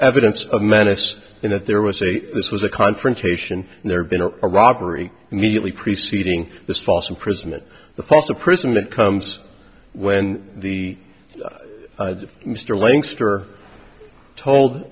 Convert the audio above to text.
evidence of malice in that there was a this was a confrontation and there have been a robbery immediately preceding this false imprisonment the first a prison that comes when the mr lancaster told